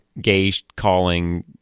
gay-calling